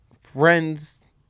friends